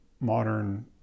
modern